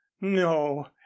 No